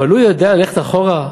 אבל הוא יודע ללכת אחורה?